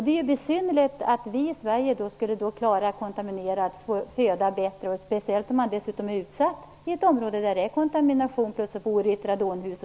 Det är besynnerligt att vi i Sverige bättre skulle klara att kontaminera, speciellt om man är utsatt och bor i ett område där det är kontamination och man kanske bor i ett radonhus.